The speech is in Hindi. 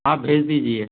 आप भेज दीजिए